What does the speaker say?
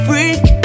Freak